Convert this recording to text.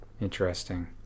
interesting